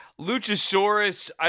Luchasaurus